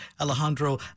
Alejandro